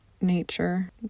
nature